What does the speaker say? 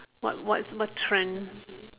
what what what trend